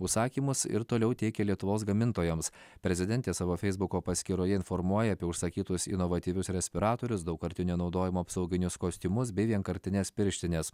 užsakymus ir toliau tiekia lietuvos gamintojams prezidentė savo feisbuko paskyroje informuoja apie užsakytus inovatyvius respiratorius daugkartinio naudojimo apsauginius kostiumus bei vienkartines pirštines